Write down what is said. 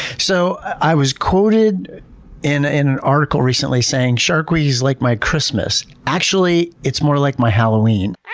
so i was quoted in an article recently saying shark week is like my christmas. actually it's more like my halloween.